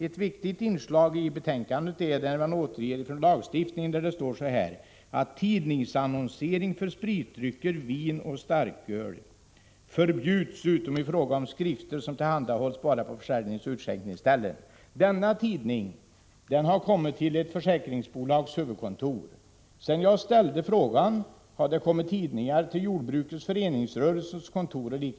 Ett viktigt inslag i betänkandet är den hänvisning som görs till lagstiftningen: ”Tidningsannonsering för spritdrycker, vin och starköl förbjuds, utom i fråga om skrifter som tillhandahålls bara på försäljningsoch utskänkningsställen.” Den tidning jag nu talar om har kommit till ett försäkringsbolags huvudkontor. Sedan jag ställde frågan har jag erfarit att sådana tidningar kommit bl.a. till jordbrukets föreningsrörelses kontor.